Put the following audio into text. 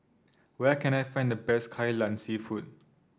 where can I find the best Kai Lan seafood